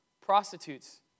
prostitutes